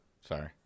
Sorry